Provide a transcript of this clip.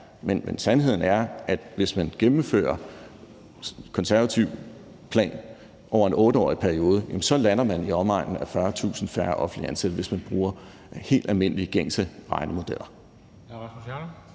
Men sandheden er, at hvis man gennemfører den konservative plan over en 8-årig periode, lander man på i omegnen af 40.000 færre offentligt ansatte, altså hvis man bruger helt almindelige, gængse regnemodeller.